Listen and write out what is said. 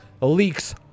leaks